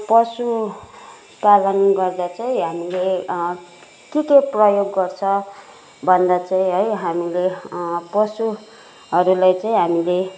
पशुपालन गर्दा चाहिँ हामीले के के प्रयोग गर्छ भन्दा चाहिँ है हामीले पशुहरूलाई चाहिँ हामीले